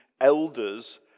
elders